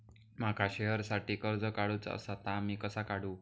माका शेअरसाठी कर्ज काढूचा असा ता मी कसा काढू?